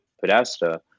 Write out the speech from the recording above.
Podesta